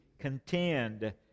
contend